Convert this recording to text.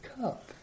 cup